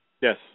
Yes